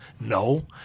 No